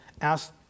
asked